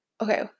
Okay